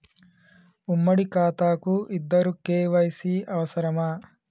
ఉమ్మడి ఖాతా కు ఇద్దరు కే.వై.సీ అవసరమా?